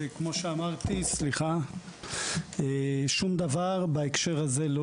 וכמו שאמרתי שום דבר בהקשר הזה לא